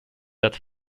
that